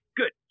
good